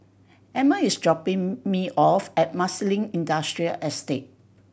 Emmer is dropping me off at Marsiling Industrial Estate